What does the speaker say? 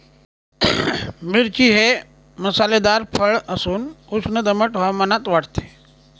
मिरची हे मसालेदार फळ असून उष्ण दमट हवामानात वाढते